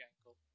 angle